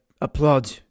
applaud